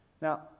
Now